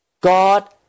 God